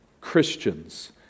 Christians